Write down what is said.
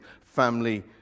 family